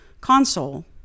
console